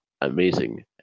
amazing